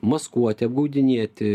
maskuoti apgaudinėti